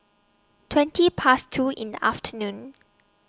twenty Past two in The afternoon